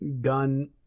Gun